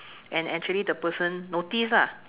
and actually the person notice lah